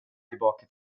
tillbaka